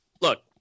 Look